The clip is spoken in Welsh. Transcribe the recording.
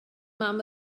mam